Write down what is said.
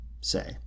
say